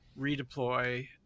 redeploy